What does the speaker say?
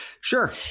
Sure